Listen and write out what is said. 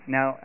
Now